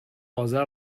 آذر